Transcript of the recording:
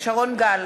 שרון גל,